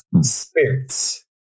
spirits